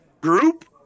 group